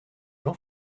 jean